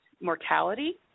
mortality